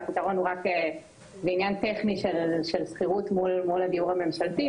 והפתרון זה רק עניין טכני של שכירות מול הדיור הממשלתי,